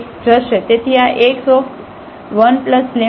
તેથી આ x1λ1 છે